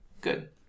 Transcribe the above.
good